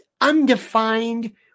undefined